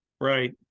Right